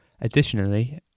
Additionally